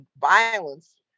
violence